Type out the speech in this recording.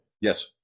Yes